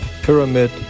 pyramid